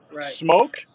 smoke